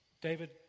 David